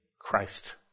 Christ